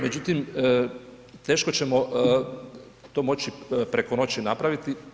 Međutim, teško ćemo to moći preko noći napraviti.